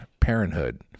parenthood